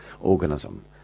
organism